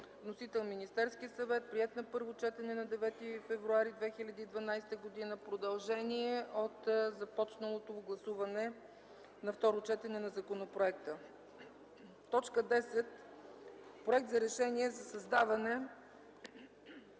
Вносител: Министерският съвет, приет на първо четене на 9 февруари 2012 г. – продължение от започналото гласуване на второ четене на законопроекта. 10. Проект за решение за създаване